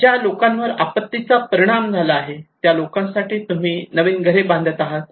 ज्या लोकांवर आपत्तीचा परिणाम झाला आहे त्या लोकांसाठी तुम्ही नवीन घरे बांधत आहात